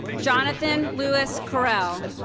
jonathon lewis correll